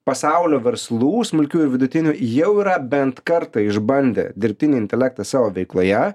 pasaulio verslų smulkių ir vidutinių jau yra bent kartą išbandę dirbtinį intelektą savo veikloje